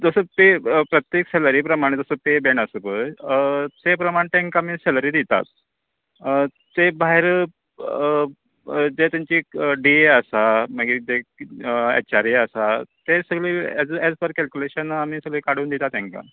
जसो पे प्रत्येक सेलरी प्रमाणे पे बेन आसता पळय ते प्रमाणे तेंका आमी सेलरी दितात तें भायर जे तेंचे डी ए आसा मागीर जे एच आर ए आसात ते सगले एज एज पर केलक्यूलेशन आमी सगळे काडून दितात तेंका